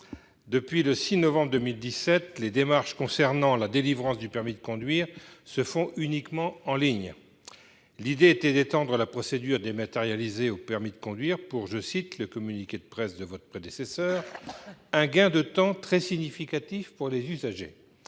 Depuis le 6 novembre 2017, les démarches concernant la délivrance du permis de conduire se font uniquement en ligne. L'idée était d'étendre la procédure dématérialisée au permis de conduire pour, selon le communiqué de presse émis par les services de votre prédécesseur à l'époque, « un gain de temps très significatif pour les usagers ».